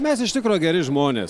mes iš tikro geri žmonės